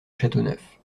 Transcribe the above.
châteauneuf